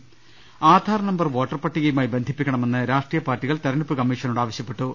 രദ്ദേഷ്ടങ Aadhaar number voter പട്ടികയുമായി ബന്ധിപ്പിക്കണമെന്ന് രാഷ്ട്രീയ പാർട്ടികൾ തെരഞ്ഞെടുപ്പ് കമ്മീഷനോട് ആവശ്യപ്പെട്ടു